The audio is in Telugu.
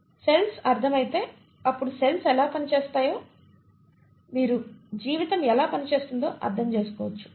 సెల్స్ అర్థమైతే అప్పుడు సెల్స్ ఎలా పనిచేస్తాయో మీరు జీవితం ఎలా పని చేస్తుందో అర్థం చేసుకోవచ్చు